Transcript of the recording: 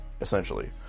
essentially